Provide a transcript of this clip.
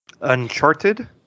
Uncharted